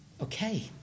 Okay